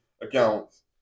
accounts